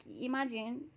Imagine